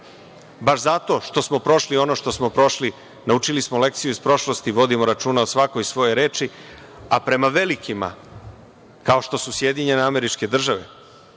baš zato što smo prošli ono što smo prošli, naučili smo lekciju iz prošlosti, vodimo računa o svakoj svojoj reči, a prema velikima, kao što su SAD, kao što je EU,